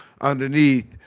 underneath